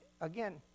again